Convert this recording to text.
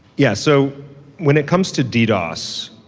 yeah. so when it comes to ddos,